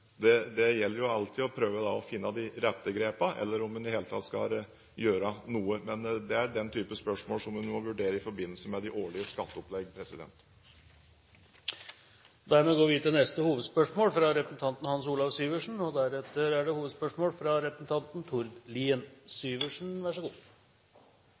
det gjelder jo alltid å prøve å finne de rette grepene – om en i det hele tatt skal gjøre noe. Men det er den typen spørsmål en må vurdere i forbindelse med de årlige skatteopplegg. Da går vi til neste hovedspørsmål.